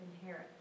inherit